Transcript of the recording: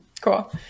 Cool